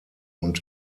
und